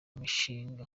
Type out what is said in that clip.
mishinga